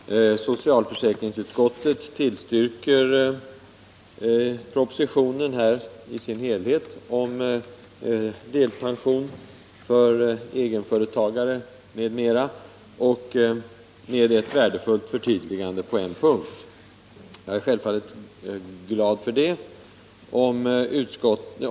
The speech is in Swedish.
Herr talman! Socialförsäkringsutskottet tillstyrker helt propositionen om delpension för egenföretagare m.m. och gör ett värdefullt förtydligande på en punkt. Jag är självfallet glad för det.